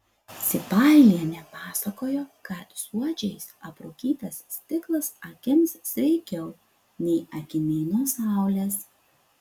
sipailienė pasakojo kad suodžiais aprūkytas stiklas akims sveikiau nei akiniai nuo saulės